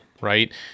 right